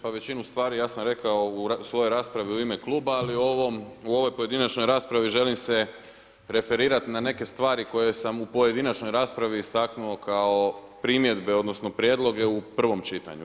Pa većinu stvari ja sam rekao u svojoj raspravi u ime Kluba, ali u ovoj pojedinačnoj raspravi želim se referirat na neke stvari koje sam u pojedinačnoj raspravi istaknuo kao primjedbe odnosno, prijedloge u prvom čitanju.